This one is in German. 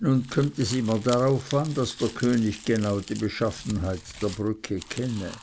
nun kömmt es immer darauf an daß der könig genau die beschaffenheit der brücke kenne